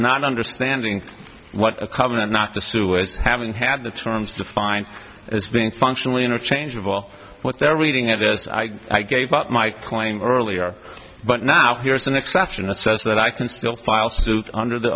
not understanding what a covenant not to sue is having had the terms defined as being functionally interchangeable what they're reading it is i gave up my plane earlier but now here's an exception that says that i can still file suit under the